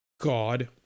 God